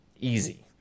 easy